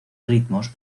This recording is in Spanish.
ritmos